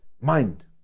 mind